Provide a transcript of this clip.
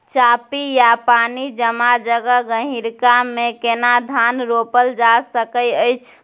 चापि या पानी जमा जगह, गहिरका मे केना धान रोपल जा सकै अछि?